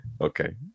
Okay